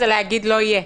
זה להגיד לא יהיה.